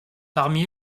parmi